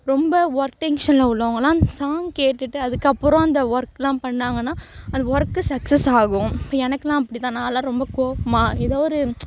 ரொம்ப ஒர்க் டென்ஷனில் உள்ளவங்கெலாம் அந்த சாங் கேட்டுட்டு அதுக்கப்புறம் அந்த ஒர்க்லாம் பண்ணிணாங்கனா அந்த ஒர்க்கு சக்சஸ் ஆகும் இப்போ எனக்குலான் அப்படி தான் நாலாம் ரொம்ப கோவமாக எதோ ஒரு